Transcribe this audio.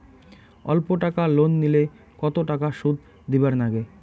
অল্প টাকা লোন নিলে কতো টাকা শুধ দিবার লাগে?